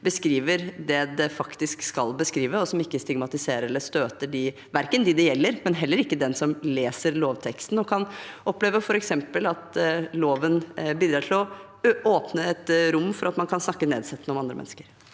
beskriver det det faktisk skal beskrive, og som ikke stigmatiserer eller støter dem det gjelder, og heller ikke at de som leser lovteksten, kan oppleve f.eks. at loven bidrar til å åpne et rom for at man kan snakke nedsettende om andre mennesker.